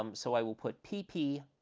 um so i will put pp.